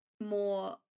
more